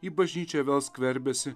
į bažnyčią vėl skverbiasi